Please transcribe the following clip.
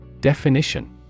Definition